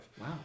Wow